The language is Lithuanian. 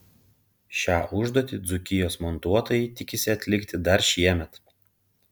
šią užduotį dzūkijos montuotojai tikisi atlikti dar šiemet